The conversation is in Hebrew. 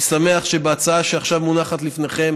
אני שמח שבהצעה שעכשיו מונחת לפניכם